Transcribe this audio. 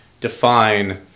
define